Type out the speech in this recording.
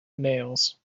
nails